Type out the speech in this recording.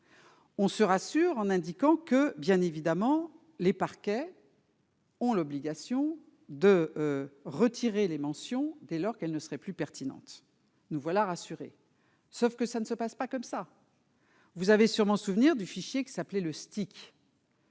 On se rassure en indiquant que, bien évidemment, les parquets. Ont l'obligation de retirer les mentions dès lors qu'elle ne serait plus pertinente, nous voilà rassurés, sauf que ça ne se passe pas comme ça, vous avez sûrement souvenir du fichier qui s'appelait le STIC.